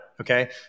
Okay